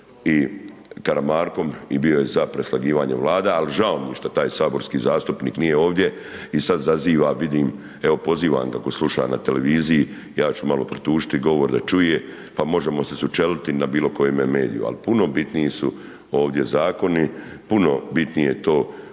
i Karamarkom i bio je za preslagivanje Vlada ali žao mi je što taj saborski zastupnik nije ovdje i sad zaziva vidim, evo pozivam ga ako sluša na televiziji, ja ću malo produžiti govor da čuje pa možemo se sučeliti na bilokojemu mediju ali puno bitniji su ovdje zakoni, puno bitnije je